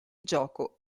gioco